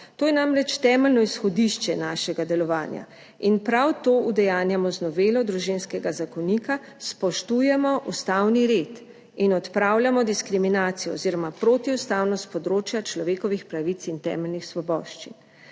to je namreč temeljno izhodišče našega delovanja in prav to udejanjamo z novelo Družinskega zakonika - spoštujemo ustavni red in odpravljamo diskriminacijo oziroma protiustavnost s področja človekovih pravic in temeljnih svoboščin.